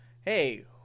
hey